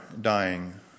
dying